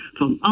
van